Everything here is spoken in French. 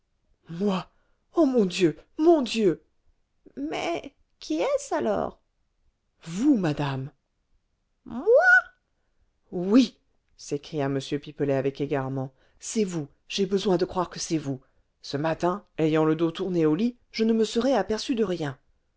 ô mon dieu mon dieu mais qui est-ce alors vous madame moi oui s'écria m pipelet avec égarement c'est vous j'ai besoin de croire que c'est vous ce matin ayant le dos tourné au lit je ne me serai aperçu de rien